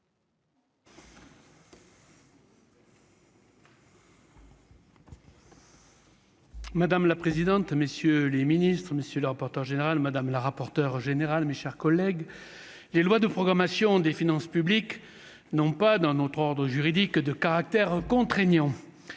Madame la présidente, messieurs les Ministres, Monsieur le rapporteur général madame la rapporteure générale, mes chers collègues, les lois de programmation des finances publiques, non pas dans notre ordre juridique de caractère contraignant,